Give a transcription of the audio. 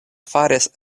faris